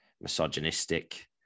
misogynistic